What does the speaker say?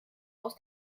aus